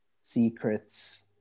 secrets